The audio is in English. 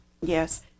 Yes